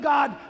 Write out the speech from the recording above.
God